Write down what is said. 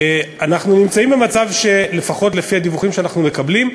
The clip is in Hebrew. אנחנו נמצאים במצב שלפחות לפי הדיווחים שאנחנו מקבלים,